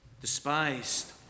Despised